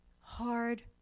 hard